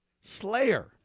Slayer